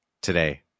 today